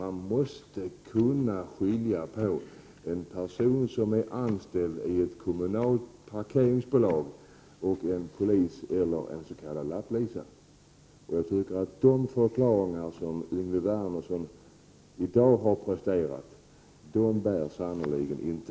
Man måste kunna skilja på en person som är anställd i ett kommunalt parkeringsbolag och en polis eller en s.k. lapplisa. De förklaringar som Yngve Wernersson i dag har presterat bär sannerligen inte.